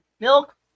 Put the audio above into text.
milk